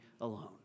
alone